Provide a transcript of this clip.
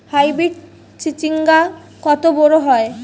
Hybrid চিচিংঙ্গা কত বড় হয়?